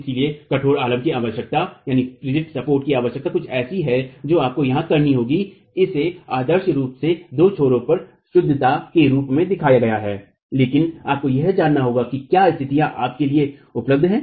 इसलिए कठोर आलम्ब की अवधारणा कुछ ऐसी है जो आपको यहां करनी होगी इसे आदर्श रूप से दो छोरों पर शुद्धता के रूप में दिखाया गया है लेकिन आपको यह जांचना होगा कि क्या स्थितियां आपके लिए उपलब्ध हैं